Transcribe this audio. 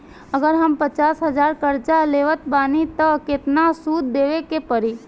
अगर हम पचास हज़ार कर्जा लेवत बानी त केतना सूद देवे के पड़ी?